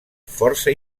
força